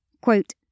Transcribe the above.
quote